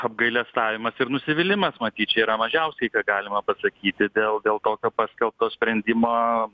apgailestavimas ir nusivylimas matyt čia yra mažiausiai ką galima pasakyti dėl dėl tokio paskelbto sprendimo